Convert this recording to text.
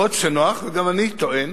אף-על-פי שנוח, וגם אני טוען